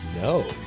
No